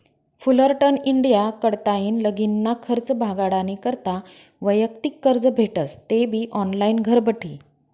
Fullerton India कडताईन लगीनना खर्च भागाडानी करता वैयक्तिक कर्ज भेटस तेबी ऑनलाईन घरबठी